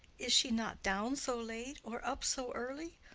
is she not down so late, or up so early?